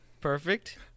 Perfect